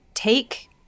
Take